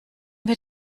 wird